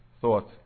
thought